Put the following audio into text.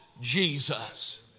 Jesus